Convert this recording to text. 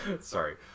Sorry